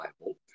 Bible